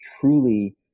truly